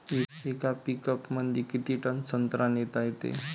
येका पिकअपमंदी किती टन संत्रा नेता येते?